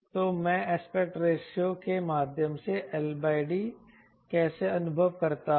तो मैं aspect ratio के माध्यम से L D कैसे अनुभव करता हूं